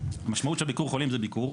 שהמשמעות של ביקור חולים זה ביקור.